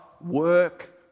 work